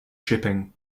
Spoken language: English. shipping